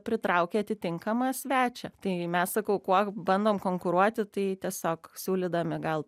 pritraukia atitinkamą svečią tai mes sakau kuo bandom konkuruoti tai tiesiog siūlydami gal